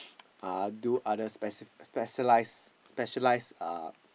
uh do other speci~ specialise specialised uh